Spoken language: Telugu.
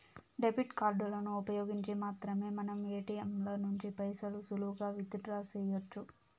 డెబిట్ కార్డులను ఉపయోగించి మాత్రమే మనం ఏటియంల నుంచి పైసలు సులువుగా విత్ డ్రా సెయ్యొచ్చు